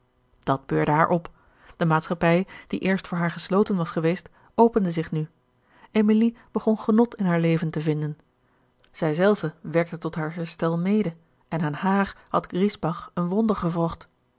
beurde haar op de maatschappij die eerst voor haar gesloten was geweest opende zich nu emilie begon genot in haar leven te vinden zij zelve werkte tot haar herstel mede en aan haar had griesbach een wonder gewrocht